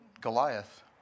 Goliath